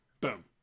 boom